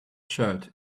shirt